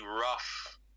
rough